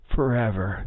forever